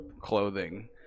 clothing